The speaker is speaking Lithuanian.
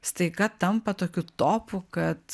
staiga tampa tokiu topu kad